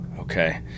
Okay